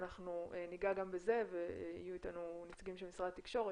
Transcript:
אנחנו ניגע גם בזה ויהיו איתנו נציגים של משרד התקשורת,